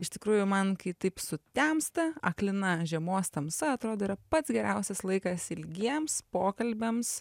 iš tikrųjų man kai taip sutemsta aklina žiemos tamsa atrodo yra pats geriausias laikas ilgiems pokalbiams